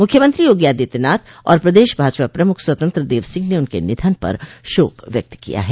मुख्यमंत्री योगी आदित्यनाथ और प्रदेश भाजपा प्रमुख स्वतंत्र देव सिंह ने उनके निधन पर शोक व्यक्त किया है